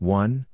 one